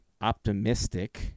optimistic